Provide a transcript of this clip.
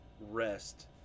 rest